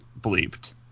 bleeped